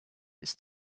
this